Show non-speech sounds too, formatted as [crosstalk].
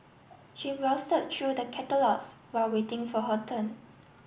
she [unintelligible] through the catalogues while waiting for her turn